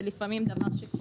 זה לפעמים גם מה שקורה.